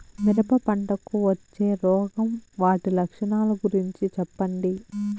మిరప పంటకు వచ్చే రోగం వాటి లక్షణాలు గురించి చెప్పండి?